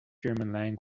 german